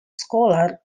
scholar